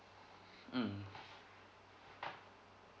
mm